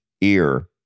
ear